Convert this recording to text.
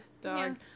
dog